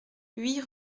huit